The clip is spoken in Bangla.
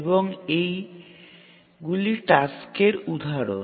এবং এইগুলি টাস্কের উদাহরণ